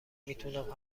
میتونم